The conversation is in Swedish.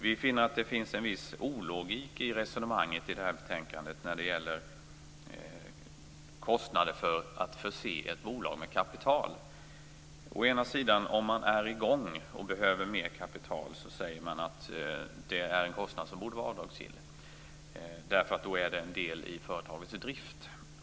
Vi finner att resonemanget i betänkandet om kostnader för att förse ett bolag med kapital i viss mån är ologiskt. Det sägs å ena sidan att kostnaden för den som har en pågående verksamhet och behöver mer kapital skall vara avdragsgill, eftersom kostnaden då är en del i företagets drift.